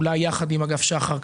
אולי ביחד עם אגף שח"ר,